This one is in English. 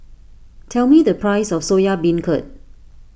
tell me the price of Soya Beancurd